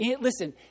listen